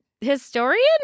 historian